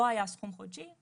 לא היה סכום חודשי,